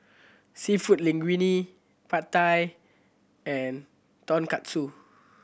Seafood Linguine Pad Thai and Tonkatsu